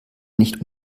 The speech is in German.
nicht